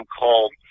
called